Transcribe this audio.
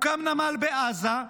הוקם נמל בעזה,